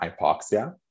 hypoxia